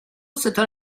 sotto